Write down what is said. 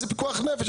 זה פיקוח נפש,